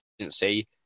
agency